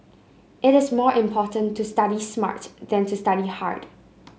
it is more important to study smart than to study hard